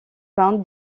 peinte